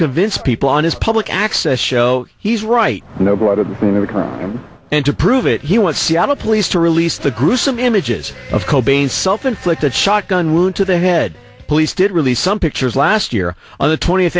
convince people on his public access show he's right and to prove it he wants seattle police to release the gruesome images of cobain's self inflicted shotgun wound to the head police did release some pictures last year on the twentieth